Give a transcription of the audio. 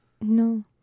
No